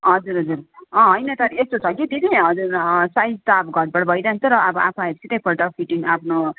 हजुर हजुर होइन तर यस्तो छ कि दिदी साइज त अब घटबढ भइरहन्छ र आफू आए पछि आफ्नो